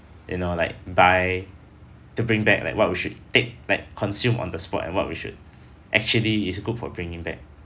you know like buy to bring back like what we should take back consume on the spot and what we should actually is good for bringing back